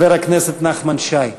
חבר הכנסת נחמן שי.